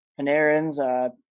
Panarin's